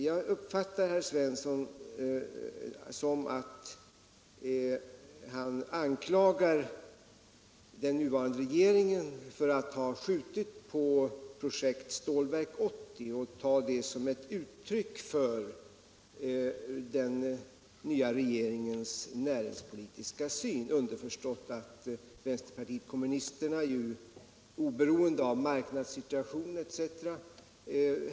Jag uppfattar herr Svensson så att han anklagar den nuvarande regeringen för att ha skjutit på projektet Stålverk 80 och att han tar det som uttryck för den nya regeringens näringspolitiska syn — underförstått att vänsterpartiet kommunisterna oberoende av marknadssituationen etc.